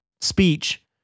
speech